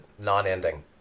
non-ending